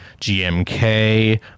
GMK